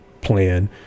plan